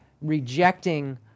rejecting